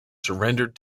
surrendered